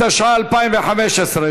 התשע"ה 2015,